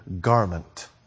garment